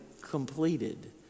completed